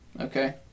Okay